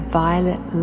violet